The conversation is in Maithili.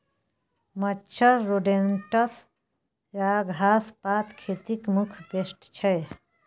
मच्छर, रोडेन्ट्स आ घास पात खेतीक मुख्य पेस्ट छै